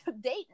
date